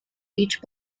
each